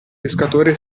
pescatore